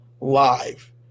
live